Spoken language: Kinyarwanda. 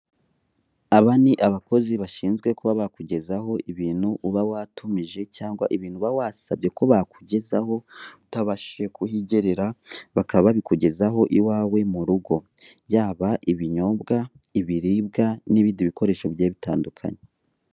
Aba ni abakozi bashinzwe kuba bakugezaho ibintu uba watumije cyangwa ibintu uba wasabye ko bakugezaho utabashije kuhigerera bakaba babikugezaho iwawe mu rugo, yaba ibinyobwa, ibiribwa n'ibindi bikoresho bigiye bitandukanye.